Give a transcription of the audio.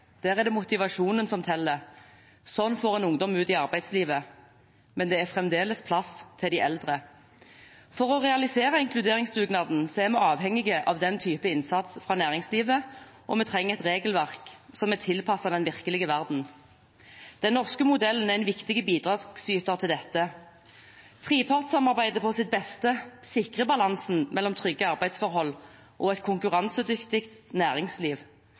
Der er det motivasjonen som teller. Slik får en ungdom ut i arbeidslivet. Men det er fremdeles plass til de eldre. For å realisere inkluderingsdugnaden er vi avhengige av den typen innsats fra næringslivet, og vi trenger et regelverk som er tilpasset den virkelige verden. Den norske modellen er en viktig bidragsyter til dette. Trepartssamarbeidet på sitt beste sikrer balansen mellom trygge arbeidsforhold og et konkurransedyktig næringsliv.